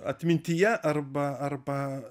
atmintyje arba arba